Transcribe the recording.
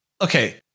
Okay